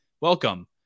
welcome